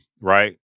right